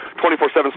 24-7